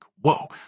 whoa